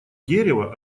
дерево